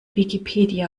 wikipedia